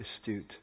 astute